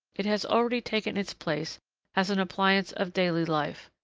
it has already taken its place as an appliance of daily life.